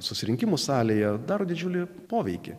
susirinkimų salėje daro didžiulį poveikį